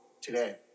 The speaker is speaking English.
today